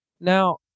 Now